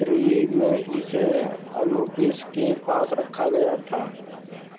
त्रयी में इसे अनुबिस के पास रखा गया था